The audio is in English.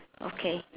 okay